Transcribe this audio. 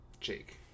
Jake